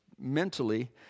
mentally